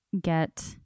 get